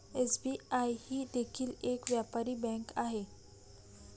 SBI ही देखील एक व्यापारी बँक आहे